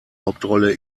hauptrolle